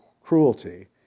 cruelty